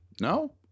No